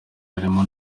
harimo